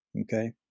Okay